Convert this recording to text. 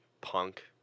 punk